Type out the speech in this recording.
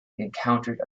encountered